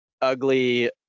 ugly